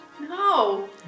No